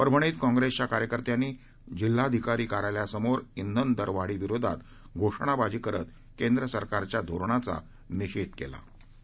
परभणीत काँग्रस्तिया कार्यकर्त्यांनी जिल्हाधिकारी कार्यालयासमोर इंधन दरवाढी विरोधात घोषणाबाजी करत केंद्र सरकारच्या धोरणाचा निषघिकलि